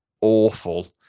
awful